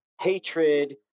hatred